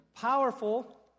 Powerful